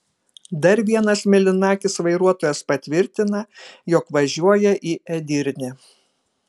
dar vienas mėlynakis vairuotojas patvirtina jog važiuoja į edirnę